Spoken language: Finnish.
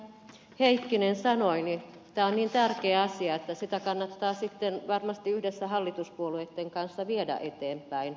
heikkinen sanoi tämä on niin tärkeä asia että sitä kannattaa sitten varmasti yhdessä hallituspuolueitten kanssa viedä eteenpäin